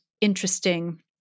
interesting